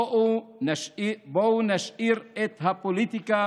בואו נשאיר את הפוליטיקה